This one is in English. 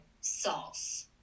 sauce